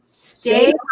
Stay